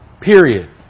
period